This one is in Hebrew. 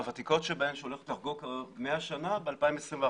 שהוותיקות בניהן הולכת לחגוג 100 שנה ב-2021,